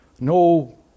no